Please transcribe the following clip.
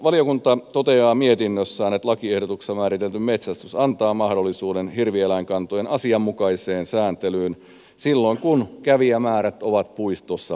valiokunta toteaa mietinnössään että lakiehdotuksessa määritelty metsästys antaa mahdollisuuden hirvieläinkantojen asianmukaiseen sääntelyyn silloin kun kävijämäärät ovat puistossa pienimmillään